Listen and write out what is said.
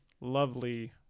lovely